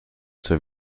zur